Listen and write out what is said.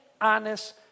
honest